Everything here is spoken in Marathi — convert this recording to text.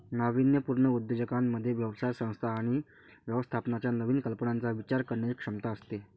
नाविन्यपूर्ण उद्योजकांमध्ये व्यवसाय संस्था आणि व्यवस्थापनाच्या नवीन कल्पनांचा विचार करण्याची क्षमता असते